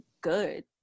good